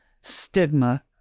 stigma